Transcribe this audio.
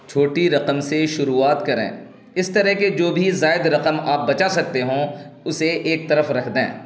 چھوٹی رقم سے شروعات کریں اس طرح کہ جو بھی زائد رقم آپ بچا سکتے ہوں اسے ایک طرف رکھ دیں